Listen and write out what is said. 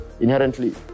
Inherently